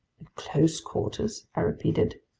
close quarters? i repeated.